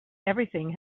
everything